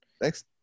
thanks